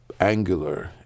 angular